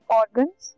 organs